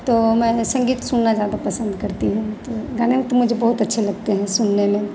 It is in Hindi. तो मैं संगीत सुनना ज़्यादा पसंद करती हूँ तो गाने वो तो मुझे बहुत अच्छे लगते हैं सुनने में